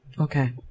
Okay